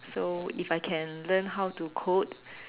so if I can learn how to code